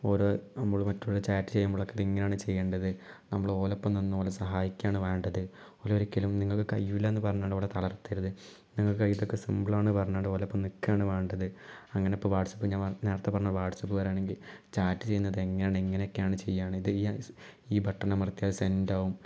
ഓരേ നമ്മള് മറ്റുള്ള ചാറ്റ് ചെയ്യുമ്പോളൊക്കെ ഇത് എങ്ങനെയാണ് ചെയ്യണ്ടത് നമ്മള് അവരുടെ ഒപ്പം നിന്നവരെ സഹായിക്കുകയാണ് വേണ്ടത് അവരെ ഒരിക്കലും നിങ്ങൾക്ക് കഴിയില്ല എന്ന് പറഞ്ഞുകൊണ്ട് അവരെ തളർത്തരുത് നിങ്ങൾക്കൊക്കെ സിമ്പിളാണ് പറഞ്ഞ് അവരുടെ ഒപ്പം നിൽക്കുകയാണ് വേണ്ടത് അങ്ങനെ ഇപ്പോൾ വാട്സപ് ഞാൻ നേരത്തെ പറഞ്ഞ വാട്സപ് വരികയാണെണെങ്കിൽ ചാറ്റ് ചെയ്യുന്നത് എങ്ങനെയാണ് എങ്ങനെ ഒക്കെയാണ് ചെയ്യാണ് ഇതു ഈ ബട്ടണമർത്തിയാൽ സെൻടാവും